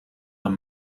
een